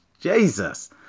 Jesus